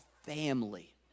family